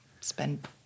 spend